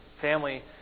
family